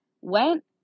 went